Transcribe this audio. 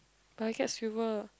but I get silver